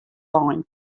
lein